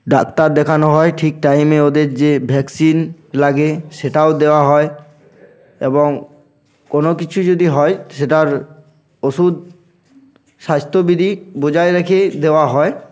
doctor দেখানো হয় ঠিক টাইমে ওদের যে ভ্যাকসিন লাগে সেটাও দেওয়া হয় এবং কোনো কিছু যদি হয় সেটার ওষুধ স্বাস্থ্যবিধি বোঝায় রেখে দেওয়া হয়